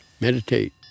meditate